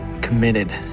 committed